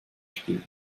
spielen